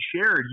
shared